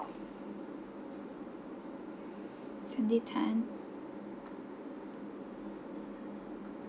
sandy tan